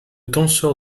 tenseur